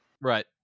Right